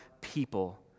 people